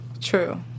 true